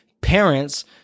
parents